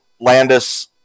Landis